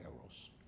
errors